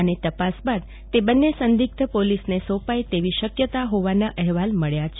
અને તપાસ બાદ તે બને સંદિગ્ધ પોલીસને સોંપાય તેવી શકતા હોવાના અહેવાલ મળ્યા છે